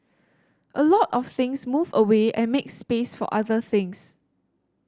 a lot of things move away and make space for other things